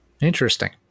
Interesting